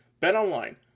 BetOnline